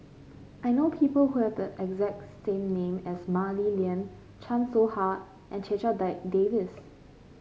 I know people who have the exact same name as Mah Li Lian Chan Soh Ha and Checha Davies